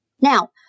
Now